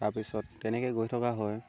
তাৰপিছত তেনেকৈ গৈ থকা হয়